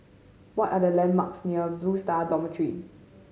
what are the landmarks near Blue Star Dormitory